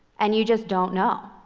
and you just don't know.